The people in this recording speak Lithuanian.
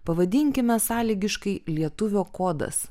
pavadinkime sąlygiškai lietuvio kodas